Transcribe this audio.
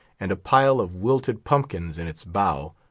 and a pile of wilted pumpkins in its bow,